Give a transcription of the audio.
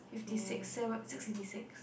fifty six seve~ six fifty six